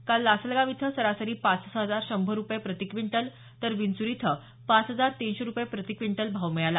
काल लासलगाव इथं सरासरी पाच हजार शंभर रुपये प्रतीक्विंटल तर विंचूर इथं पाच हजार तिनशे रुपये प्रतीक्विंटल भाव मिळाला